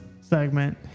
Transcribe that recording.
segment